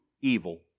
evil